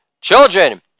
children